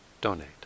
donate